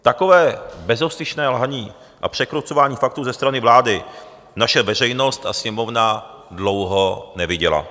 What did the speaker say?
Takové bezostyšné lhaní a překrucování faktů ze strany vlády naše veřejnost a Sněmovna dlouho neviděly.